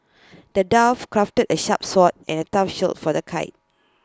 the dwarf crafted A sharp sword and A tough shield for the